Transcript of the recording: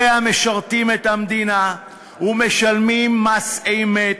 אלה המשרתים את המדינה ומשלמים מס אמת.